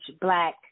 black